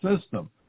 system